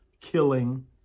killing